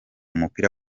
mupira